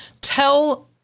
tell